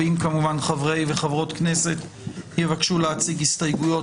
אם חברי וחברות כנסת יבקשו להציג הסתייגויות,